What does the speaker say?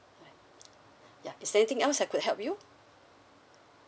ya is there anything else I could help you